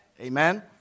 Amen